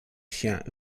chiens